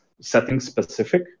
setting-specific